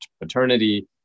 paternity